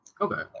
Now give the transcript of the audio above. Okay